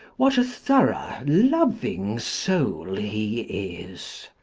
what a thorough, loving soul he is!